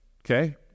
okay